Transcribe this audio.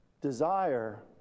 desire